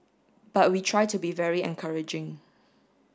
but we try to be very encouraging